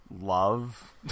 love